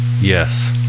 Yes